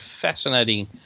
fascinating